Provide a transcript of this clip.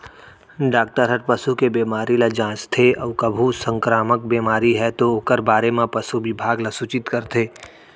doctor हर पसू के बेमारी ल जांचथे अउ कभू संकरामक बेमारी हे तौ ओकर बारे म पसु बिभाग ल सूचित करथे